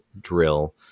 drill